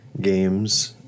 games